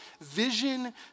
vision